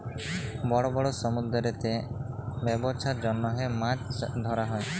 বড় বড় সমুদ্দুরেতে ব্যবছার জ্যনহে মাছ ধ্যরা হ্যয়